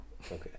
Okay